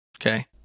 Okay